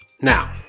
Now